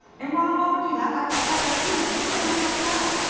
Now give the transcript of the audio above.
and while while we do that, i've i've got to you know but get myself set up.